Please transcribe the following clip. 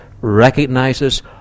recognizes